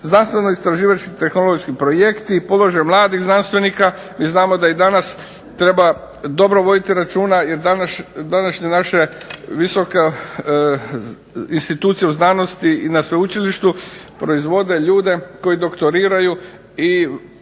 Znanstveno istraživački tehnološki projekti, položaj mladih znanstvenika, mi znamo da i danas treba dobro voditi računa jer danas naše visoke institucije znanosti i na sveučilištu proizvode ljude koji doktoriraju i